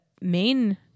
main